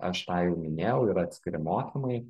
aš tą jau minėjau yra atskiri mokymai